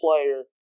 player